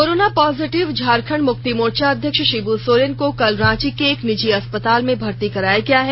corona positive Jharkhand Mukti Morcha अध्यक्ष शिब् सोरेन को कल रांची के एक निजी अस्पताल में भर्ती कराया गया है